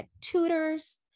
tutors